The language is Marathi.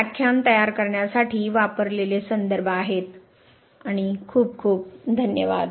हे व्याख्यान तयार करण्यासाठी वापरलेले संदर्भ आणि खूप खूप धन्यवाद